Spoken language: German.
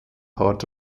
hard